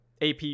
AP